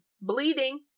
bleeding